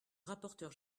rapporteur